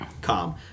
calm